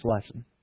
lesson